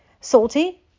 Salty